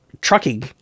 trucking